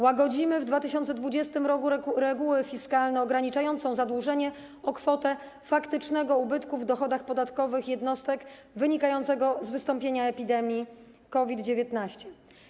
Łagodzimy w 2020 r. regułę fiskalną ograniczającą zadłużenie o kwotę faktycznego ubytku w dochodach podatkowych jednostek wynikającego z wystąpienia epidemii COVID-19.